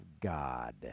God